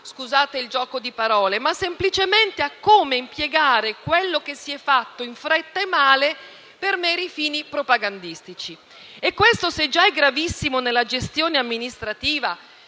scusate il gioco di parole - ma semplicemente a come impiegare quello che si è fatto, in fretta e male, per meri fini propagandistici. E questo, se già è gravissimo nella gestione amministrativa